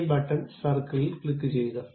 ഈ ബട്ടൺ സർക്കിളിൽ ക്ലിക്കുചെയ്യുക